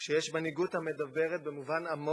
כשיש מנהיגות המדברת, במובן עמוק,